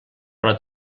però